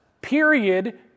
period